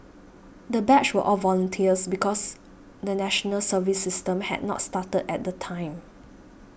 the batch were all volunteers because the National Service system had not started at the time